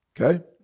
Okay